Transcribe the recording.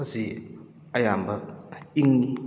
ꯃꯁꯤ ꯑꯌꯥꯝꯕ ꯏꯪ